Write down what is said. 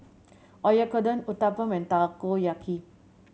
Oyakodon Uthapam and Takoyaki